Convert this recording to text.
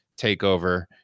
takeover